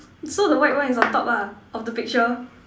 so the white one is on top ah of the picture